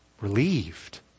Relieved